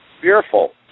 Fearful